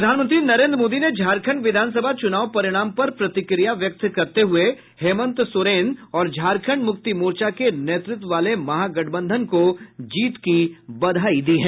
प्रधानमंत्री नरेन्द्र मोदी ने झारखंड विधानसभा चुनाव परिणाम पर प्रतिक्रिया व्यक्त करते हुए हेंमत सोरेन और झारखंड मुक्ति मोर्चा के नेतृत्व वाले महागठबंधन को जीत की बधाई दी है